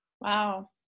Wow